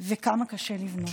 וכמה קשה לבנות.